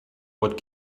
what